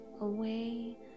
away